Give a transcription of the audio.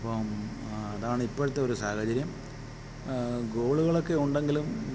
അപ്പം അതാണ് ഇപ്പൾത്തെ ഒരു സാഹചര്യം ഗോള്കളക്കെ ഉണ്ടെങ്കിലും